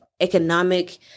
economic